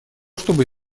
чтобы